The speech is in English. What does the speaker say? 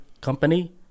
company